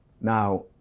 Now